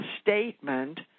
statement